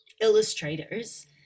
illustrators